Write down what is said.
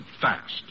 fast